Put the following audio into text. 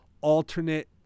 alternate